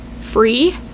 free